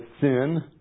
sin